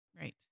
Right